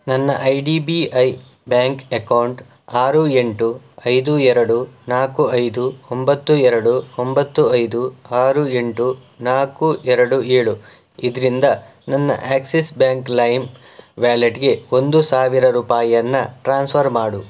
ನನ್ನ I D B I bank account ಆರು ಎಂಟು ಐದು ಎರಡು ನಾಲ್ಕು ಐದು ಒಂಬತ್ತು ಎರಡು ಒಂಬತ್ತು ಐದು ಆರು ಎಂಟು ನಾಲ್ಕು ಎರಡು ಏಳು ಇದರಿಂದ ನನ್ನ ಆಕ್ಸಿಸ್ ಬ್ಯಾಂಕ್ ಲೈಮ್ ವ್ಯಾಲೆಟ್ಗೆ ಒಂದು ಸಾವಿರ ರೂಪಾಯಿಯನ್ನು ಟ್ರಾನ್ಸ್ಫರ್ ಮಾಡು